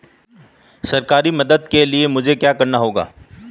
सरकारी मदद के लिए मुझे क्या करना होगा?